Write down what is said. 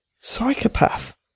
psychopath